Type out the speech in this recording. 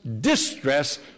distress